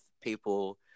people